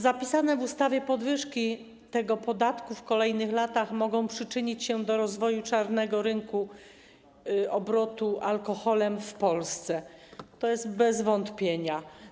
Zapisane w ustawie podwyżki tego podatku w kolejnych latach mogą przyczynić się do rozwoju czarnego rynku obrotu alkoholem w Polsce, bez wątpienia.